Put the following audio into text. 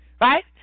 Right